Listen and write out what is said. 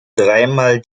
dreimal